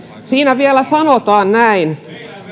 siinä vielä sanotaan näin